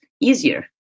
easier